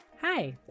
Hi